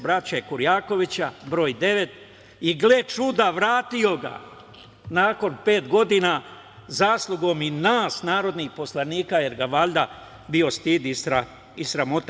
Braće Kurjakovića br. 9 i, gle čuda, vratio ga nakon pet godina, zaslugom i nas narodnih poslanika, jer ga valjda bilo stid i sramota.